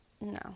No